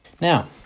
Now